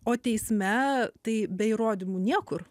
o teisme tai be įrodymų niekur